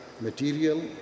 material